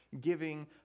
giving